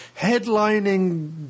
headlining